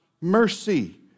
mercy